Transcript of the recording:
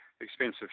expensive